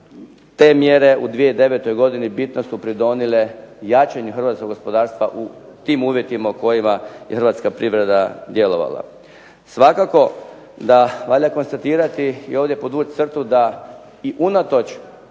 te mjere u 2009. godini bitno su pridonijele jačanju hrvatskog gospodarstva u tim uvjetima u kojima je hrvatska privreda djelovala. Svakako da valja konstatirati i ovdje podvući crtu da i unatoč